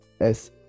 -S